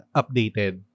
updated